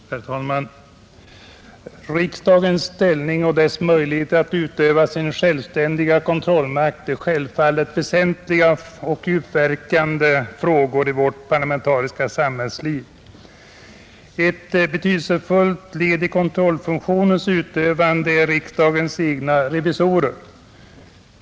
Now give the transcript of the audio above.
Herr talman! Riksdagens ställning och dess möjligheter att utöva sin självständiga kontrollmakt är självfallet väsentliga och djupverkande frågor i vårt parlamentariska samhällsliv. Ett betydelsefullt led i kontrollfuktionens utövande är riksdagens egna revisorer.